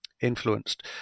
influenced